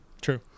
True